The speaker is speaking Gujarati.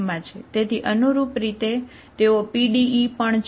તેથી અનુરૂપ રીતે તેઓ PDE પણ છે